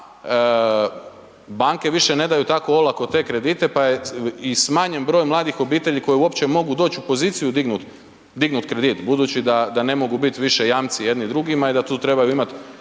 banke više ne daju tako olako te kredite pa je i smanjen broj mladih obitelji koje uopće mogu doć u poziciju dignut kredit budući da ne mogu bit više jamci jedni drugima i da tu trebaju imat